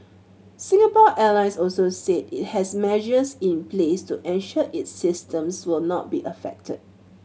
Singapore Airlines also said it has measures in place to ensure its systems will not be affected